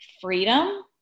freedom